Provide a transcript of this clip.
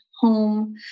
home